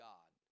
God